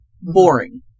Boring